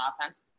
offense